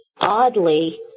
Oddly